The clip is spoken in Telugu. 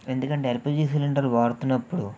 ఎందుకంటే ఎల్పిజి సిలిండర్ వాడుతున్నప్పుడు